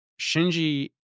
Shinji